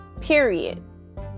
period